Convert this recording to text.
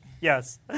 yes